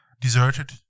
deserted